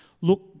Look